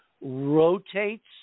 rotates